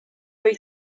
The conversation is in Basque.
ohi